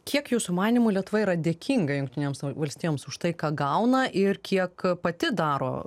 kiek jūsų manymu lietuva yra dėkinga jungtinėms valstijoms už tai ką gauna ir kiek pati daro